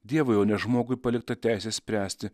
dievui o ne žmogui palikta teisė spręsti